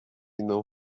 não